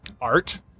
art